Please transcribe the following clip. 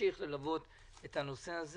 נמשיך ללוות את הנושא הזה